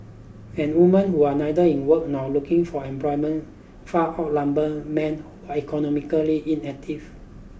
and women who are neither in work nor looking for employment far outnumber men are economically inactive